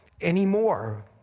anymore